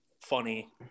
funny